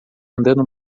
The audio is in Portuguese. andando